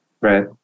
Right